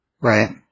Right